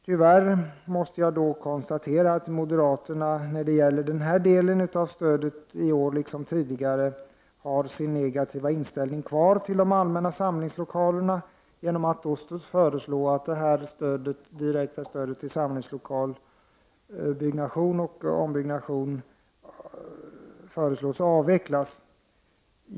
Tyvärr måste jag konstatera att moderaterna i år, liksom tidigare, har en negativ inställning till de allmänna samlingslokalerna, genom att de föreslår att det direkta stödet till samlingslokalsbyggnation och ombyggnation skall avvecklas.